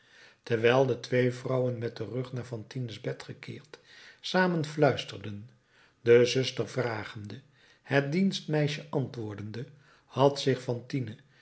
terwijl de twee vrouwen met den rug naar fantine's bed gekeerd samen fluisterden de zuster vragende het dienstmeisje antwoordende had zich fantine